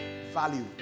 value